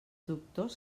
doctors